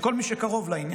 של כל מי שקרוב לעניין,